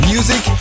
Music